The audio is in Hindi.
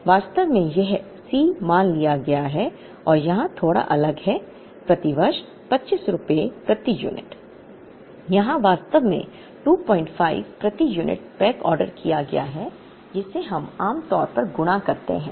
वास्तव में यह C मान लिया गया है या यहाँ थोड़ा अलग है प्रति वर्ष 25 रुपये प्रति यूनिट यहाँ वास्तव में 25 प्रति यूनिट बैकऑर्डर किया गया है जिसे हम आम तौर पर गुणा करते हैं